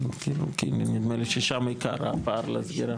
כי נדמה לי ששם עיקר הפער לסגירה.